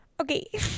okay